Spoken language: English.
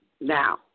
Now